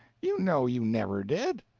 you know you never did.